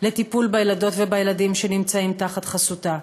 לטיפול בילדים ובילדות שנמצאים תחת חסותה,